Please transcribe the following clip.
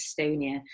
Estonia